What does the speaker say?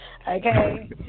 Okay